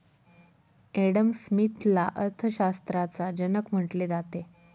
Adam स्मिथला अर्थशास्त्राचा जनक म्हटले जाते